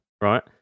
right